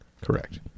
Correct